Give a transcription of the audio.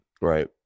Right